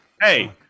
Hey